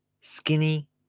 skinny